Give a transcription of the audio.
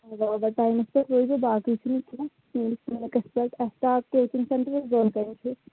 اَوا اَوا ٹایمَس پٮ۪ٹھ باقٕے چھُنہٕ کیٚنٛہہ